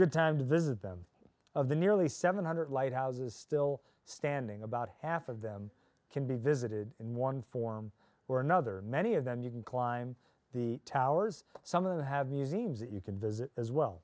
good time to visit them of the nearly seven hundred lighthouses still standing about half of them can be visited in one form or another many of them you can climb the towers some of them have museums you can visit as well